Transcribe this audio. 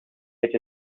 which